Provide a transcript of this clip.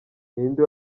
inde